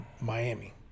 Miami